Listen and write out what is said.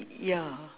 ya